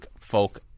Folk